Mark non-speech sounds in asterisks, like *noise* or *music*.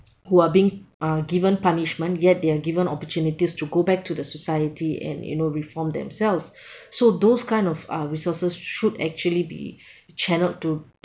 *noise* who are being uh given punishment yet they are given opportunities to go back to the society and you know reform themselves *breath* so those kind of uh resources should actually be channeled to